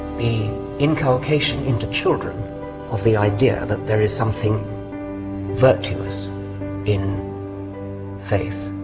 the inculcation into children of the idea that there is something virtuous in faith